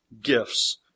Gifts